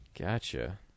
Gotcha